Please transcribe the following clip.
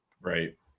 right